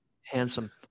handsome